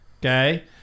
okay